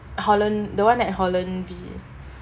holland the [one] at holland V